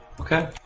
okay